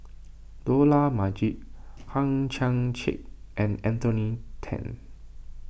Dollah Majid Hang Chang Chieh and Anthony then